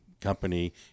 company